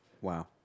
Wow